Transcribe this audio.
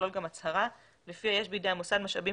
שיכלול גם הצהרה לפיה יש בידי המוסד משאבים